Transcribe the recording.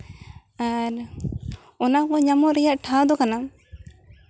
ᱟᱨ ᱚᱱᱟ ᱠᱚ ᱧᱟᱢᱚᱜ ᱨᱮᱭᱟᱜ ᱴᱷᱟᱶ ᱫᱚ ᱠᱟᱱᱟ